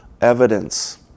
evidence